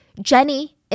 Jenny